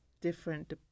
different